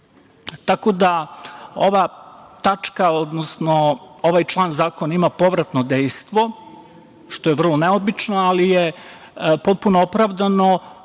Tako da, ovaj član zakona ima povratno dejstvo, što je vrlo neobično, ali je potpuno opravdano